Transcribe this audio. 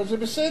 אבל זה בסדר.